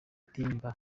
ondimba